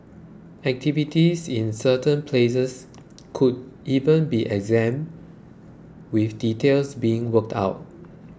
activities in certain places could even be exempt with details being worked out